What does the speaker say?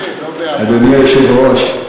אדוני היושב-ראש,